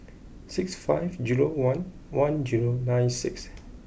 six five zero one one zero nine six